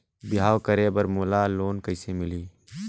बिहाव करे बर मोला लोन कइसे मिलही?